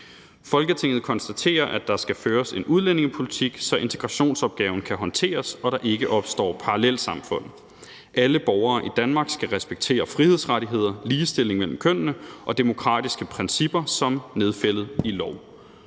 »Folketinget konstaterer, at der skal føres en udlændingepolitik, så integrationsopgaven kan håndteres og der ikke opstår parallelsamfund. Alle borgere i Danmark skal respektere frihedsrettigheder, ligestilling mellem kønnene og demokratiske principper som nedfældet i lov.